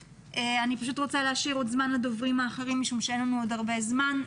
אני רוצה להשאיר עוד זמן לדוברים האחרים כי אין לנו עוד הרבה זמן.